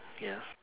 yes